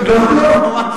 לא לא,